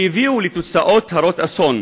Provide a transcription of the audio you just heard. שהביאה לתוצאות הרות אסון.